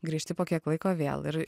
grįžti po kiek laiko vėl ir